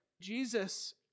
Jesus